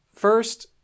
First